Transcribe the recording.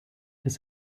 das